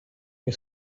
you